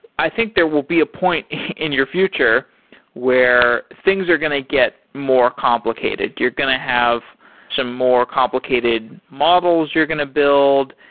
i think there will be a point in your future where things are going to get more complicated. you're going to have some more complicated models you're going to build.